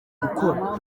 gukora